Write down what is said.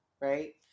right